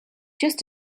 just